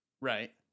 right